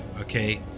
okay